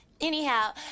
Anyhow